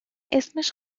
اسمش